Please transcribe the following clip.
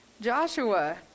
Joshua